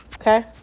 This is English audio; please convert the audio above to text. okay